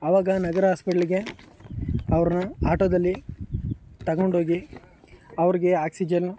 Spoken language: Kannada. ಆವಾಗ ನಗರ ಆಸ್ಪೆಟ್ಲಿಗೆ ಅವ್ರನ್ನ ಆಟೋದಲ್ಲಿ ತಗೊಂಡೋಗಿ ಅವ್ರಿಗೆ ಆಕ್ಸಿಜನ್ನು